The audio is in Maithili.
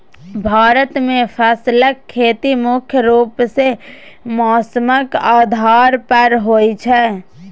भारत मे फसलक खेती मुख्य रूप सँ मौसमक आधार पर होइ छै